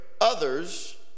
others